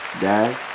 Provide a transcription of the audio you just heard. Dad